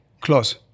Close